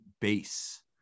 base